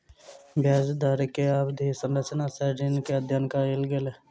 ब्याज दर के अवधि संरचना सॅ ऋण के अध्ययन कयल गेल